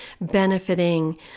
benefiting